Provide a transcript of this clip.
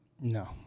No